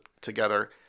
together